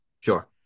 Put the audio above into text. Sure